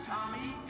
Tommy